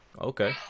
okay